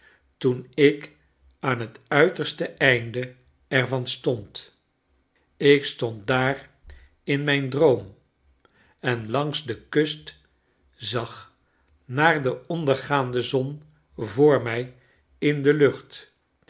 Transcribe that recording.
toen ik aan het uiterste einde er van stond ik stond daar in mijn droom en langs de kust zag naar de ondergaande zon voor mij in de lucht